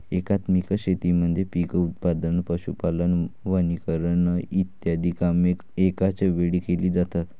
एकात्मिक शेतीमध्ये पीक उत्पादन, पशुपालन, वनीकरण इ कामे एकाच वेळी केली जातात